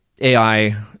AI